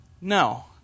No